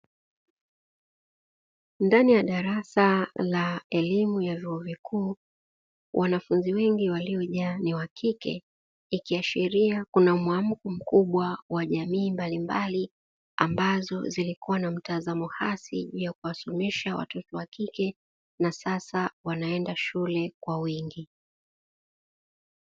Ndani ya darasa la elimu ya vyuo vikuu, wanafunzi wengi waliojaa ni wa kike , ikiashiria kuna muamko mkubwa wa jamii mbalimbali ambazo zilikuwa na mtazamo hasi juu ya kuwasomesha watoto wa kike na sasa wanaenda shule kwa wingi.